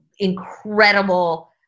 Incredible